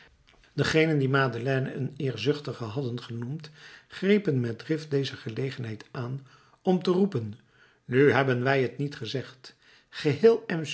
degenen die madeleine een eerzuchtige hadden genoemd grepen met drift deze gelegenheid aan om te roepen nu hebben wij t niet gezegd geheel m